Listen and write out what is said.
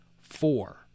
Four